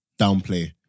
downplay